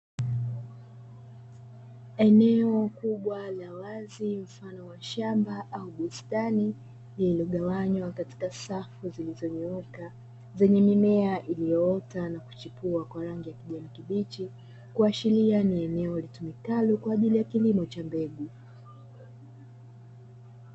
Eneo kubwa la wazi mfano wa shamba au bustani lililogawanywa katika safu zilizonyooka, zenye mimea iliyoota na kuchipua kwa rangi ya kijani kibichi, kuashiria ni eneo litumikalo kwa ajili ya kilimo cha mbegu.